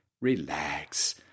Relax